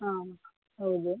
ಹಾಂ ಹೌದು